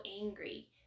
angry